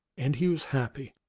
and he was happy.